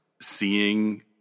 seeing